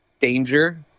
danger